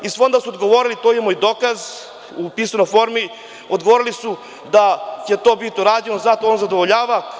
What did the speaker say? Iz Fonda su odgovorili, za to imamo i dokaz u pisanoj formi, da će to biti urađeno, da on zadovoljava.